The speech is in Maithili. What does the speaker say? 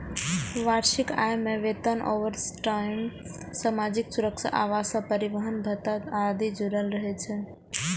वार्षिक आय मे वेतन, ओवरटाइम, सामाजिक सुरक्षा, आवास आ परिवहन भत्ता आदि जुड़ल रहै छै